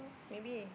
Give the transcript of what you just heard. maybe